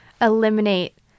eliminate